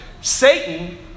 Satan